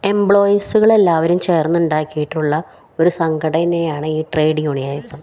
എംപ്ലോയിസുകളെല്ലാവരും ചേർന്നുണ്ടാക്കിയിട്ടുള്ള ഒരു സംഘടന തന്നെയാണ് ഈ ട്രേഡ് യൂണിയാനസം